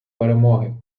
перемоги